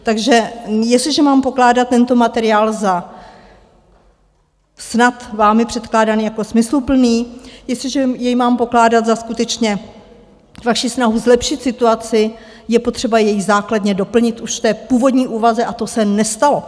Takže jestliže mám pokládat tento materiál za snad vámi předkládaný jako smysluplný, jestliže jej mám pokládat za skutečně vaši snahu zlepšit situaci, je potřeba jej základně doplnit už v té původní úvaze, a to se nestalo.